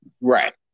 Right